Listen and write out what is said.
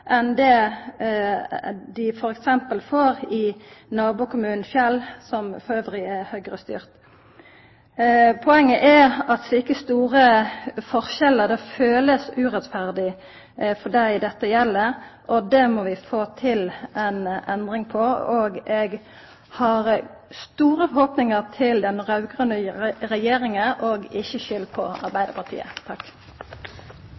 enn det dei t.d. får i nabokommunen Fjell, som forresten er Høgre-styrt. Poenget er at slike store forskjellar kjennest urettferdig for dei dette gjeld. Det må vi få ei endring på, og eg har store forhåpningar til den raud-grøne regjeringa – og ikkje skuld på